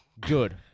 Good